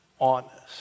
honest